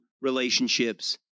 relationships